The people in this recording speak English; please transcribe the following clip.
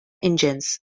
engines